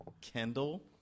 kendall